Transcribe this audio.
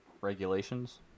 Regulations